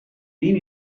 been